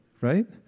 right